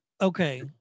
Okay